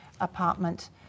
apartment